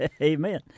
Amen